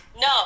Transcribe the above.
No